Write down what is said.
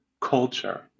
culture